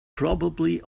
probably